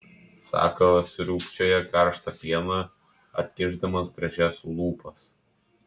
sakalas sriūbčioja karštą pieną atkišdamas gražias lūpas